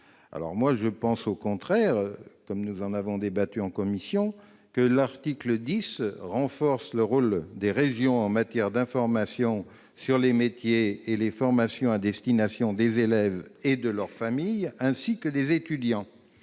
tous des améliorations. Nous en avons débattu en commission : l'article 10 renforce le rôle des régions en matière d'informations sur les métiers et les formations à destination des élèves et de leurs familles, ainsi que des étudiants.